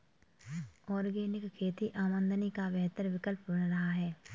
organic खेती आमदनी का बेहतर विकल्प बन रहा है